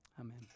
amen